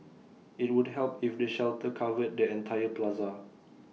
IT would help if the shelter covered the entire plaza